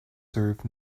served